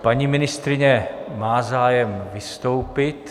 Paní ministryně má zájem vystoupit.